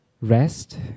rest